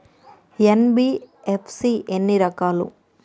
NBFC ఎన్ని రకాలు?